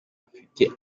afite